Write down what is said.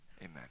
Amen